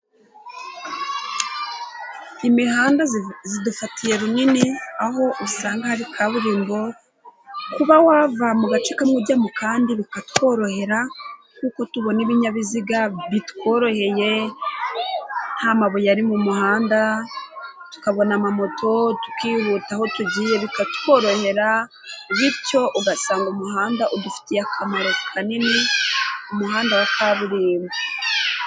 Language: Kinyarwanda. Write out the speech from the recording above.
Imihanda idufatiye runini aho usanga hari kaburimbo, kuba wava mu gace kamwe ujya mu kandi bikatworohera kuko tubona ibinyabiziga bitworoheye nta mabuye ari mu muhanda, tukabona amamoto tukihuta aho tugiye bikatworohera, bityo ugasanga umuhanda udufitiye akamaro kanini, umuhanda wa kaburimbo.